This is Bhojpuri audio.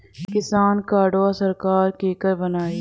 किसान कार्डवा सरकार केकर बनाई?